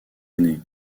aînés